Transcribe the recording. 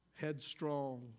Headstrong